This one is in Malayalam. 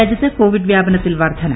രാജ്യത്ത് കോവിഡ് വ്യാപനത്തിൽ വർദ്ധന